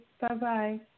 Bye-bye